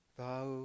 Thou